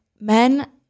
men